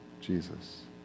Jesus